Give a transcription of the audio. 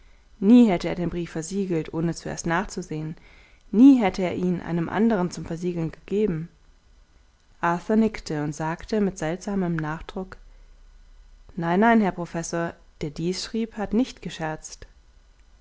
nie hätte er den brief versiegelt ohne zuerst nachzusehen nie hätte er ihn einem andern zum versiegeln gegeben arthur nickte und sagte mit seltsamem nachdruck nein nein herr professor der dies schrieb hat nicht gescherzt